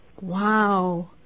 Wow